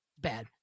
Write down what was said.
Bad